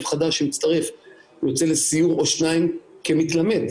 חדש שמצטרף יוצא לסיור או שניים כמתלמד,